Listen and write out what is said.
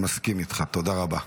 מסכים איתך, תודה רבה.